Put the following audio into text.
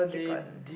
chicken